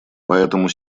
поэтому